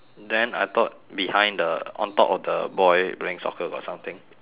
then I thought behind the on top of the boy playing soccer got something